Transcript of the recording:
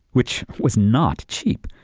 which was not cheap.